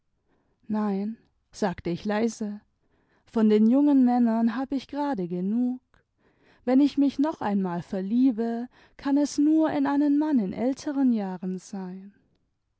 nein sagte ich leise von den jungen männern hab ich gerade genug wenn ich mich noch einmal verliebe kann es nur in einen mann in älteren jahren sein